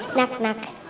knock, knock